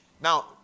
Now